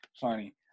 funny